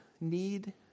need